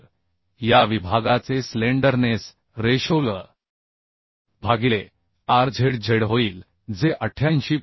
तर या विभागाचे स्लेंडरनेस रेशो L भागिले Rzz होईल जे 88